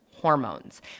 hormones